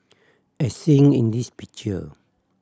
as seen in this picture